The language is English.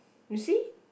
you see